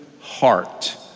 Heart